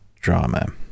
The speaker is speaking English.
drama